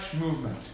movement